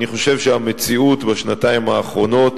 אני חושב שהמציאות בשנתיים האחרונות